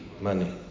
money